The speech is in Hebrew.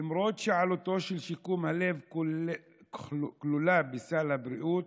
למרות שעלותו של שיקום הלב כלולה בסל הבריאות,